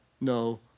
no